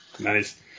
Nice